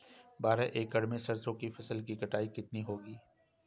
बारह एकड़ में सरसों की फसल की कटाई कितनी होगी?